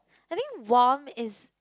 I think warm is